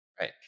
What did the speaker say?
Right